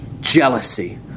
jealousy